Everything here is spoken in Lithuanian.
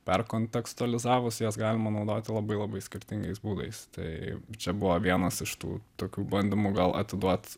perkontekstualizavus jas galima naudoti labai labai skirtingais būdais tai čia buvo vienas iš tų tokių bandymų gal atiduot